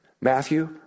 Matthew